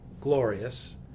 glorious